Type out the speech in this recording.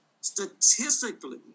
statistically